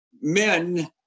men